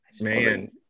Man